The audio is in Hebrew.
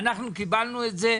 ואנחנו קיבלנו את זה,